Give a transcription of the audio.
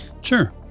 Sure